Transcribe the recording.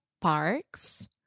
parks